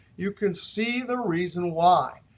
you can see the reason why.